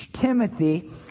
Timothy